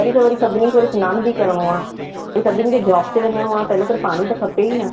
वरी त वरी सभिनी खे वरी सनानु बि करिणो आहे सभिनी खे जॉब ते वञिणो आहे त हिनकरे पाणी त खपे ई न